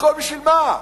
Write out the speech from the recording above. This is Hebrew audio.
הכול בשביל מה?